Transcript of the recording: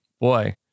Boy